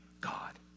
God